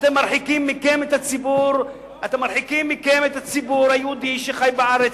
אתם מרחיקים מכם את הציבור היהודי שחי בארץ,